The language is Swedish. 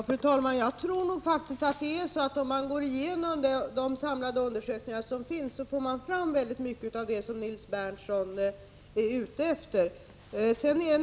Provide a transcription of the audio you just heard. Fru talman! Jag tror faktiskt att om man går igenom de samlade undersökningar som finns får man fram mycket av vad Nils Berndtson är ute efter.